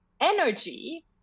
energy